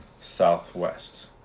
Southwest